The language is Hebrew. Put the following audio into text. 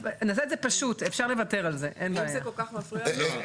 אז יותר קל להגיע אחר כך לוועדת ערר רגילה ולגמור את